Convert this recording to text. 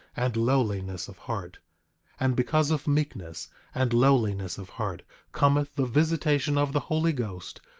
and lowliness of heart and because of meekness and lowliness of heart cometh the visitation of the holy ghost,